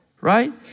right